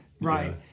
Right